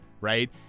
right